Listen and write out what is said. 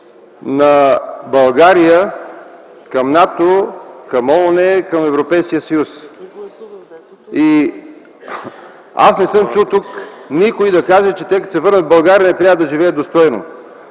на България към НАТО, към ООН и към Европейския съюз. Аз не съм чул тук никой да каже, че те, като се върнат в България, не трябва да живеят достойно.